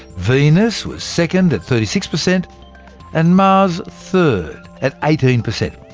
venus was second at thirty six percent and mars third at eighteen percent.